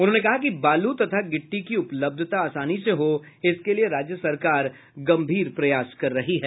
उन्होंने कहा कि बालू तथा गिट्टी की उपलब्धता आसानी से हो इसके लिये राज्य सरकार गंभीर प्रयास कर रही है